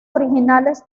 originales